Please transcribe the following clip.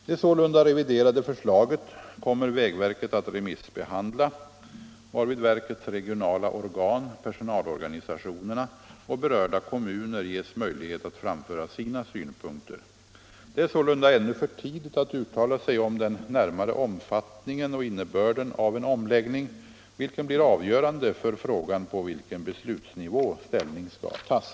Det sålunda reviderade förslaget kommer vägverket att remissbehandla, varvid verkets regionala organ, personalorganisationerna och berörda kommuner ges möjlighet att framföra sina synpunkter. Det är sålunda ännu för tidigt att uttala sig om den närmare omfattningen och innebörden av en omläggning, vilken blir avgörande för frågan på vilken beslutsnivå ställning skall tas.